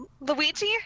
Luigi